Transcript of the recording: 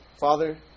Father